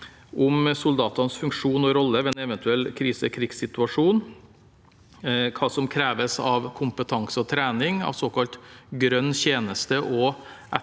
om soldatenes funksjon og rolle ved en eventuell krise- eller krigssituasjon og hva som kreves av kompetanse og trening av såkalt grønn tjeneste også etter